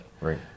Right